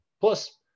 Plus